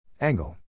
Angle